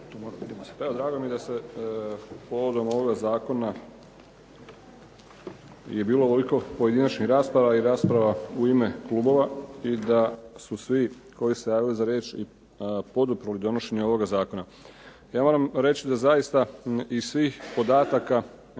evo drago mi je da se povodom ovoga zakona je bilo ovoliko pojedinačnih rasprava i rasprava u ime klubova i da su svi koji su se javili za riječ poduprli donošenje ovoga zakona. Ja moram reći da zaista iz svih podataka